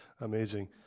Amazing